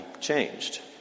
changed